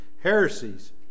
heresies